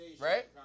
Right